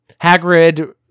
Hagrid